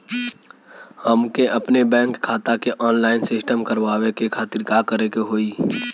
हमके अपने बैंक खाता के ऑनलाइन सिस्टम करवावे के खातिर का करे के होई?